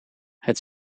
het